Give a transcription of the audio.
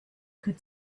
could